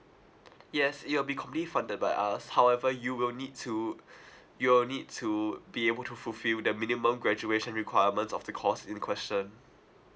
yes it'll be completely be funded by us however you will need to you will need to be able to fulfill the minimum graduation requirements of the course in question